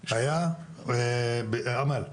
אמל,